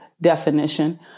definition